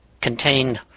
contain